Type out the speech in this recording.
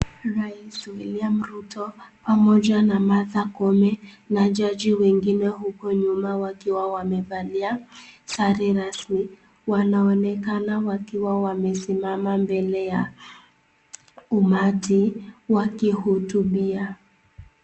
Rais William Ruto pamoja na Martha Koome na jaji wengine huko nyuma wakiwa wamevalia sare rasmi, wanaonekana wakiwa wamesimama mbele ya umati wakihutubia.